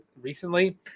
recently